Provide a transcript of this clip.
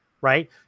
right